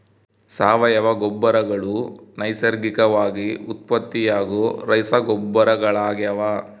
ಸಾವಯವ ಗೊಬ್ಬರಗಳು ನೈಸರ್ಗಿಕವಾಗಿ ಉತ್ಪತ್ತಿಯಾಗೋ ರಸಗೊಬ್ಬರಗಳಾಗ್ಯವ